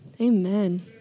Amen